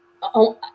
on